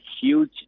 huge